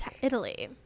Italy